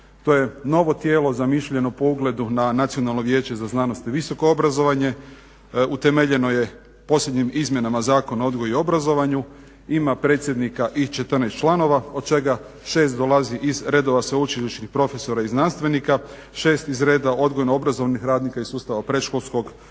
To je novo tijelo zamišljeno po ugledu na nacionalno vijeće za znanost i visoko obrazovanje. Utemeljeno je posljednjim izmjenama Zakona o odgoju i obrazovanju, ima predsjednika i 14 članova, od čega 6 dolazi iz redova sveučilišnih profesora i znanstvenika, 6 iz reda odgojno-obrazovnih radnika iz sustava predškolskog,